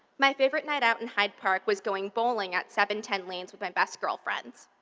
my favorite night out in hyde park was going bowling at seven ten lanes with my best girlfriends.